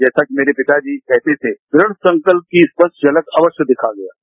जैसा कि मेरे पिताजी कहते थे दृढ संकल्प की स्पष्ट झलक अवश्य दिखा दो